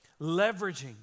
Leveraging